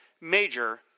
Major